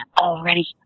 Already